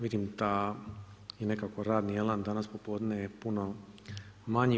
Vidim da nekako i radni elan danas popodne je puno manji.